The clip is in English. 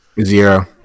Zero